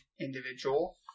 individual